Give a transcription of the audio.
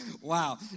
Wow